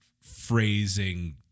phrasing